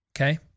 Okay